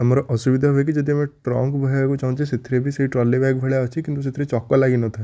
ଆମର ଅସୁବିଧା ହୁଏ କି ଯଦି ଆମେ ଟ୍ରଙ୍କ ବୁହାଇବାକୁ ଚାହୁଁଛେ ସେଥିରେ ବି ସେଇ ଟ୍ରଲି ବ୍ୟାଗ୍ ଭଳିଆ ଅଛି କିନ୍ତୁ ସେଥିରେ ଚକ ଲାଗିନଥାଏ